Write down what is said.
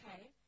okay